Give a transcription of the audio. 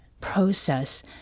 process